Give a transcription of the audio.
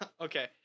Okay